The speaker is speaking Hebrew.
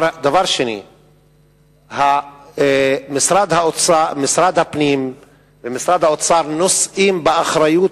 אחר, משרד הפנים ומשרד האוצר נושאים באחריות.